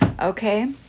okay